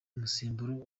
umusemburo